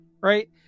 right